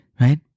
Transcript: right